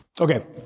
okay